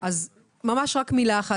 ממש רק מילה אחת.